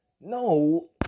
No